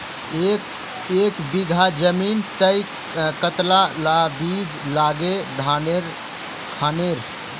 एक बीघा जमीन तय कतला ला बीज लागे धानेर खानेर?